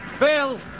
Bill